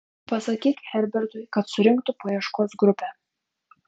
pasakyk herbertui kad surinktų paieškos grupę